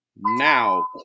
now